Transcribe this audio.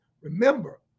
Remember